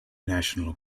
national